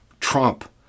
Trump